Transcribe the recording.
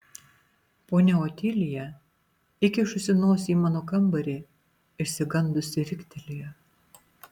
ponia otilija įkišusi nosį į mano kambarį išsigandusi riktelėjo